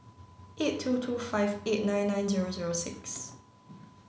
eight two two five eight nine nine zero zero six